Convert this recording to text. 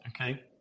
Okay